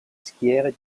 schiere